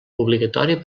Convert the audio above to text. obligatori